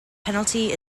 penalty